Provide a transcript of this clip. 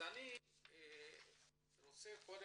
אני מבקש לשמוע